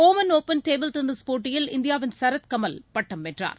Oman open table tennis போட்டியில் இந்தியாவின் சரத் கமல் பட்டம் வென்றார்